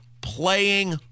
playing